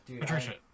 Patricia